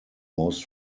most